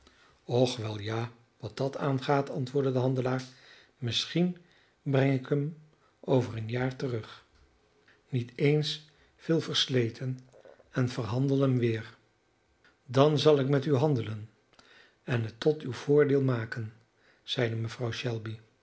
och wel ja wat dat aangaat antwoordde de handelaar misschien breng ik hem over een jaar terug niet eens veel versleten en verhandel hem weer dan zal ik met u handelen en het tot uw voordeel maken zeide mevrouw shelby